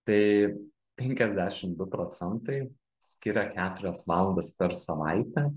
tai penkiasdešim du procentai skiria keturias valandas per savaitę